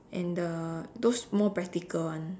and the those more practical one